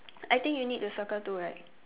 I think you need to circle too right